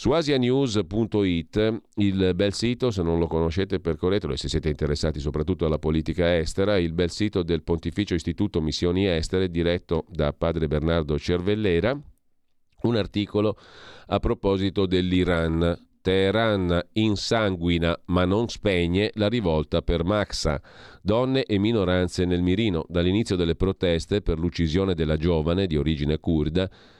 Su asianews.it, il bel sito, se non lo conoscete, percorretelo e se siete interessati soprattutto alla politica estera, il bel sito del Pontificio Istituto Missioni Estere, diretto da padre Bernardo Cervellera. Un articolo a proposito dell'Iran. Teheran insanguina, ma non spegne la rivolta per Maxa. Donne e minoranze nel mirino. Dall'inizio delle proteste per l'uccisione della giovane di origine kurda,